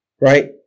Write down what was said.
Right